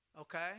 okay